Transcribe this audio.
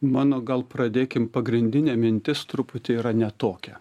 mano gal pradėkim pagrindinė mintis truputį yra ne tokia